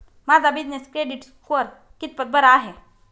माझा business credit score कितपत बरा आहे?